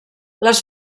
les